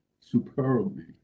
superbly